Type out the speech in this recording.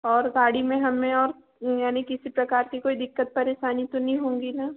और गाड़ी में हमें और यानी किसी प्रकार की कोई दिक्कत परेशानी तो नहीं होगी ना